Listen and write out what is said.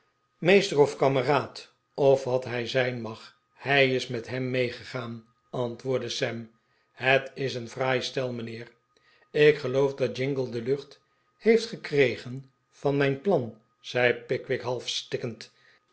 of kameraad of wat hij zijn mag hij is met hem meegegaan antwoordde sam het is een fraai stel mijnheer ik geloof dat jingle de lucht heeft gekregen van mijn plan zei pickwick